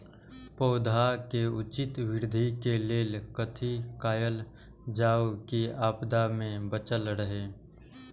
पौधा के उचित वृद्धि के लेल कथि कायल जाओ की आपदा में बचल रहे?